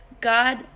God